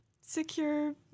secure